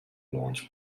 launch